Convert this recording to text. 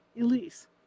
Elise